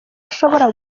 ashobora